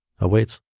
awaits